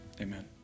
Amen